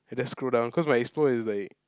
I just scroll down cause my explore is like